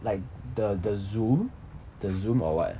like the the Zoom the Zoom or what